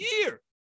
year